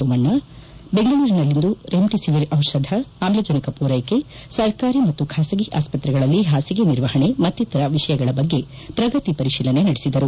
ಸೋಮಣ್ಣ ಬೆಂಗಳೂರಿನಲ್ಲಿಂದು ರೆಮಿಡಿಸಿವಿರ್ ದಿಷಧ ಆಮ್ಲಜನಕ ಪೂರೈಕೆ ಸರ್ಕಾರಿ ಮತ್ತು ಖಾಸಗಿ ಆಸ್ತ್ರೆಗಳಲ್ಲಿ ಪಾಸಿಗೆ ನಿರ್ವಹಣೆ ಮತ್ತಿತರ ವಿಷಯಗಳ ಬಗ್ಗೆ ಪ್ರಗತಿಪರಿಶೀಲನೆ ನಡೆಸಿದರು